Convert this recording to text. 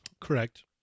correct